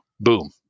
boom